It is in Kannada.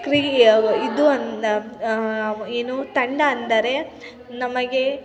ಕ್ರೀ ಇದು ಅಂದ್ರೆ ಏನು ತಂಡ ಅಂದರೆ ನಮಗೆ